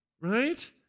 right